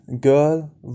girl